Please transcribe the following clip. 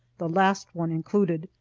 the last one included,